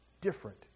different